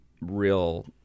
real